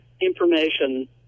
information